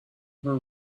were